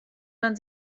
man